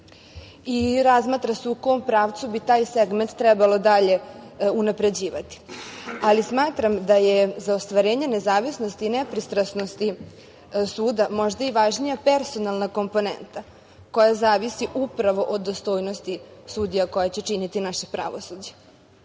i razmatra se u kom pravcu bi taj segment trebalo dalje unapređivati. Ali, smatram da je za ostvarenje nezavisnosti, nepristrasnosti suda možda i važnija personalna komponenta koja zavisi upravo od dostojnosti sudija koje će činiti naše pravosuđe.